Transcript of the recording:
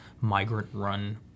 migrant-run